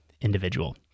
individual